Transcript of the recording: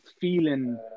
feeling